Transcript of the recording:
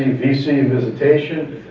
vc visitation.